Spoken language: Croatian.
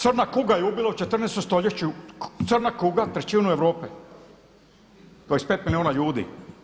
Crna kuga je ubila u 14 stoljeću, crna kuga trećinu Europe, 25 milijuna ljudi.